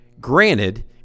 Granted